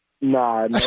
Nah